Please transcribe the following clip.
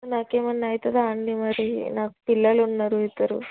నాకేమైనా అవుతుందా అండి మరి నాకు పిల్లలున్నారు ఇద్దరు